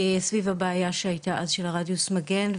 סביב הבעיה שהייתה אז של רדיוס המגן,